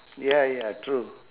ya ya true